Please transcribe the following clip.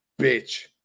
bitch